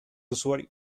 usuario